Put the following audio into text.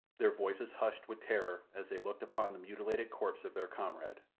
their voices hushed with terror as they looked upon the mutilated corpse of their comrade.